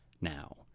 Now